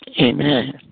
Amen